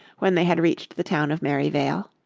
when they had reached the town of merryvale.